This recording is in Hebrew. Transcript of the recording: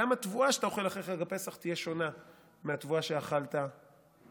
גם התבואה שאתה אוכל אחרי חג הפסח תהיה שונה מהתבואה שאכלת קודם.